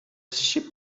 sheep